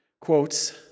quotes